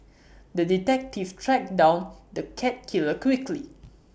the detective tracked down the cat killer quickly